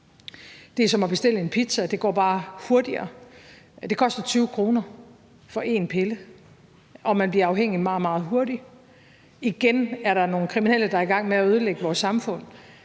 Det er som at bestille en pizza, men det går bare hurtigere. Det koster 20 kr. for en pille, og man bliver afhængig meget, meget hurtigt. Igen er der nogle kriminelle, der er i gang med at ødelægge vores samfund.